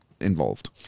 involved